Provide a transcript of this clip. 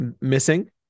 Missing